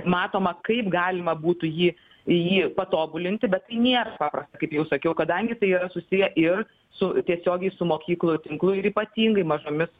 matoma kaip galima būtų jį jį patobulinti bet tai nėra paprasta kaip jau sakiau kadangi tai yra susiję ir su tiesiogiai su mokyklų tinklu ir ypatingai mažomis